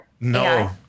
No